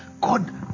God